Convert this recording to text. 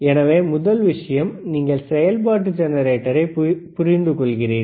எனவே முதல் விஷயம் நீங்கள் செயல்பாட்டு ஜெனரேட்டரை புரிந்துகொள்கிறீர்கள்